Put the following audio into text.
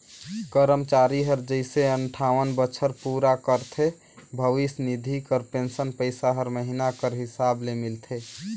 करमचारी हर जइसे अंठावन बछर पूरा करथे भविस निधि कर पेंसन पइसा हर महिना कर हिसाब ले मिलथे